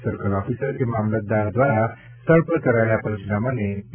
circle officer કે મામલતદારશ્રી દ્વારા સ્થળ પર કરેલા પંચનામાને પી